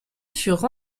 furent